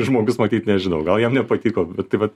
žmogus matyt nežinau gal jam nepatiko bet tai vat